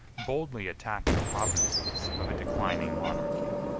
boldly attacked the provinces of a declining monarchy.